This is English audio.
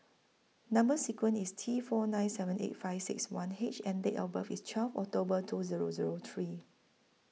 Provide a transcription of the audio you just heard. Number sequence IS T four nine seven eight five six one H and Date of birth IS twelve October two Zero Zero three